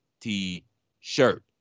T-shirt